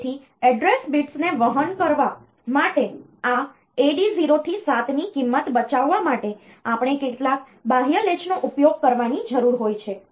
તેથી address bits ને વહન કરવા માટે આ AD 0 થી 7 ની કિંમત બચાવવા માટે આપણે કેટલાક બાહ્ય લેચનો ઉપયોગ કરવાની જરૂર હોય છે